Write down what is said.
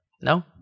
no